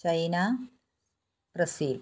China Brazil